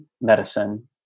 medicine